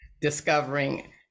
discovering